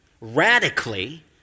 radically